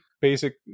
basic